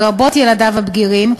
לרבות ילדיו הבגירים,